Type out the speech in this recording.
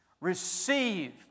Receive